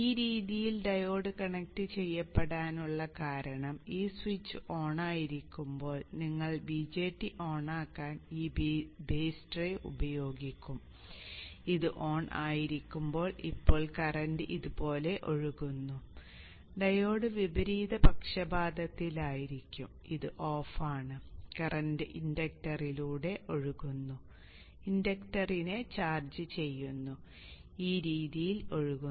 ഈ രീതിയിൽ diode connect ചെയ്യപ്പെടാനുള്ള കാരണം ഈ സ്വിച്ച് ഓണായിരിക്കുമ്പോൾ നിങ്ങൾ BJT ഓണാക്കാൻ ഈ ബേസ് ഡ്രൈവ് ഉപയോഗിക്കും ഇത് ഓൺ ആയിരിക്കുമ്പോൾ ഇപ്പോൾ കറന്റ് ഇതുപോലെ ഒഴുകുന്നു ഡയോഡ് വിപരീത പക്ഷപാതത്തിലായിരിക്കും ഇത് ഓഫാണ് കറൻറ് ഇൻഡക്ടറിലൂടെ ഒഴുകുന്നു ഇൻഡക്ടറിനെ ചാർജ് ചെയ്യുന്നു ഈ രീതിയിൽ ഒഴുകുന്നു